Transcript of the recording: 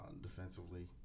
defensively